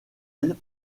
elles